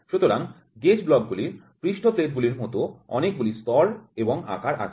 সুতরাং gauge block গুলির পৃষ্ঠ প্লেটগুলির মতো অনেকগুলি স্তর এবং আকার আছে